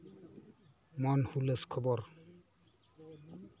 ᱢᱚᱱ ᱦᱩᱞᱟᱹᱥ ᱠᱷᱚᱵᱚᱨ